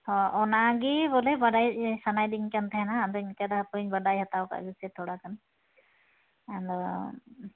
ᱚ ᱚᱱᱟᱜᱮ ᱵᱚᱞᱮ ᱵᱟᱲᱟᱭ ᱥᱟᱱᱟᱭᱮᱫᱤᱧ ᱠᱟᱱ ᱛᱟᱦᱮᱱᱟ ᱟᱫᱚᱧ ᱚᱱᱠᱟᱭᱮᱫᱟ ᱦᱟᱯᱳᱭ ᱵᱟᱰᱟᱭ ᱦᱟᱛᱟᱣ ᱠᱟᱜ ᱜᱮᱥᱮ ᱛᱷᱚᱲᱟᱜᱟᱱ ᱟᱫᱚ